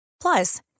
Plus